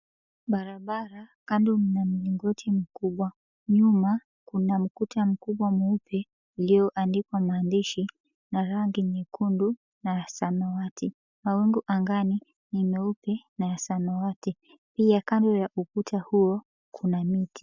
Barabara, kando mna mlingoti mkubwa. Nyuma kuna mkuta mkubwa mweupe iliyoandikwa maandishi na rangi nyekundu na samawati. Mawingu angani ni meupe na samawati. Pia kando ya ukuta huo kuna miti.